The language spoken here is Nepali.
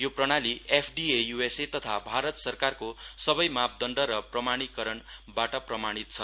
यो प्रणाली एफ डि ए युएसए तथा भारत सरकारको सबै मापदण्ड र प्रमाणीकरणबाट प्रमाणीत छ